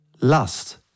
lust